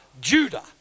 Judah